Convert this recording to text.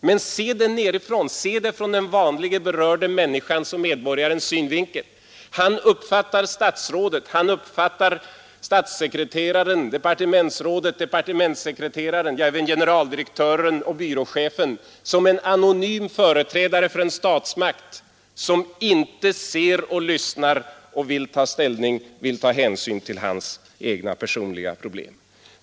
Men se det nerifrån, se det från den vanliga berörda människans och medborgarens synvinkel! Hon eller han uppfattar statsrådet, uppfattar statssekreteraren, departementsrådet, departementssekreteraren, ja även generaldirektören och byråchefen som en anonym företrädare för en statsmakt som inte ser och lyssnar och vill ta hänsyn till hans egna personliga problem.